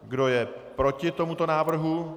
Kdo je proti tomuto návrhu?